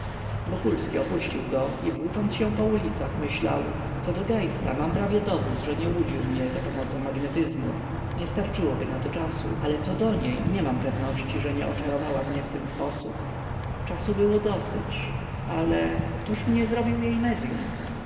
wokulski opuścił go i włócząc się po ulicach myślał co do geista mam prawie dowód że nie łudził mnie zapomocą magnetyzmu nie starczyłoby na to czasu ale co do niej nie mam pewności że nie oczarowała mnie w ten sposób czasu było dosyć ale któż mnie zrobił jej medyum